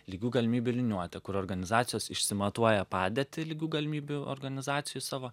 lygių galimybių liniuotė kur organizacijos išsimatuoja padėtį lygių galimybių organizacijoj savo